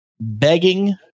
begging